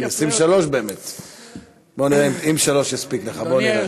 בוא נראה אם שלוש יספיקו לך, בוא נראה.